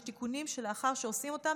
יש תיקונים שלאחר שעושים אותם,